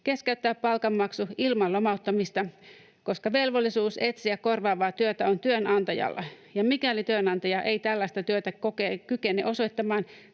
keskeyttää palkanmaksu ilman lomauttamista, koska velvollisuus etsiä korvaavaa työtä on työnantajalla, ja mikäli työnantaja ei tällaista työtä kykene osoittamaan,